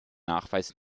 nachweis